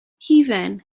hufen